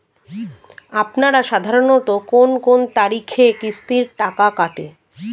আপনারা সাধারণত কোন কোন তারিখে কিস্তির টাকা কাটে?